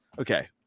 Okay